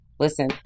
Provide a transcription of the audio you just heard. Listen